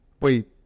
wait